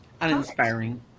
uninspiring